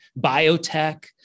biotech